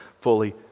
fully